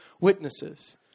witnesses